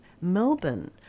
Melbourne